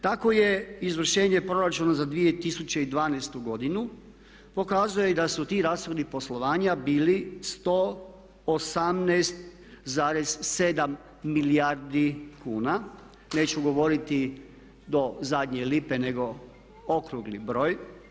Tako je izvršenje proračuna za 2012.godinu pokazuje i da su ti rashodi poslovanja bili 118,7 milijardi kuna, neću govoriti do zadnje lipe nego okrugli broj.